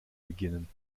beginnen